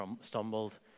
stumbled